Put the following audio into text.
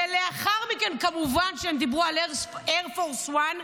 לאחר מכן, כמובן שהם דיברו על אייר פורס 1,